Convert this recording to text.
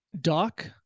Doc